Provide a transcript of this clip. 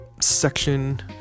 section